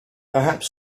perhaps